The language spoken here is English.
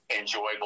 Enjoyable